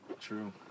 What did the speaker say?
True